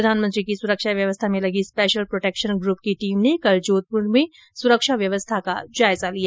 प्रधानमंत्री की सुरक्षा व्यवस्था में लगी स्पेशल प्रोटेक्शन ग्रूप की टीम ने कल जोधपुर में सुरक्षा व्यवस्था का जायजा लिया